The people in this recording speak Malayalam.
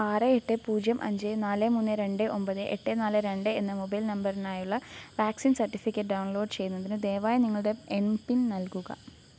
ആറ് എട്ട് പൂജ്യം അഞ്ച് നാല് മൂന്ന് രണ്ട് ഒമ്പത് എട്ട് നാല് രണ്ട് എന്ന മൊബൈൽ നമ്പർനായുള്ള വാക്സിൻ സർട്ടിഫിക്കറ്റ് ഡൗൺലോഡ് ചെയ്യുന്നതിന് ദയവായി നിങ്ങളുടെ എൻ പിൻ നൽകുക